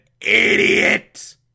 idiot